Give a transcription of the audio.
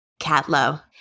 Catlow